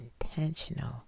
intentional